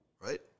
right